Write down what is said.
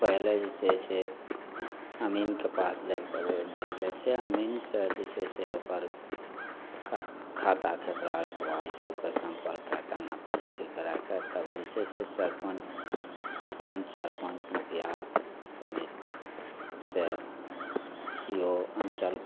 पहिले जे छै से अमीनके पास जाइले पड़ै जाइले जाइ छै अमीनसे जे छै से ओकर खा खाता खेसरा रकबा ईसबके सम्पर्क कै के नापी जोखी करैके तब जे छै से सरपञ्च पञ्च सरपञ्च मुखिआ समेतसे सी ओ अञ्चल